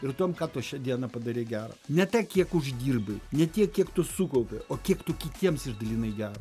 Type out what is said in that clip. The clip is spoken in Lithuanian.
ir tuom ką tu šiandieną padarei gero ne tiek kiek uždirbai ne tiek kiek tu sukaupi o kiek tu kitiems išdalinai gero